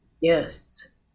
Yes